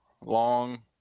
long